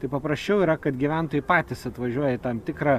tai paprasčiau yra kad gyventojai patys atvažiuoja į tam tikrą